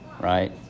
right